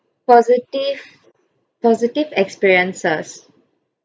positive positive experiences